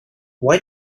why